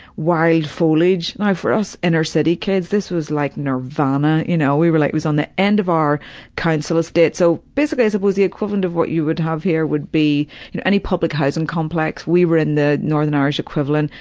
wild foliage. now for us inner city kids this was like nirvana, you know, we were like it's on the end of our council estate, so basically, i suppose the equivalent of what you would have here would be in any public housing complex, we were in the northern irish equivalent,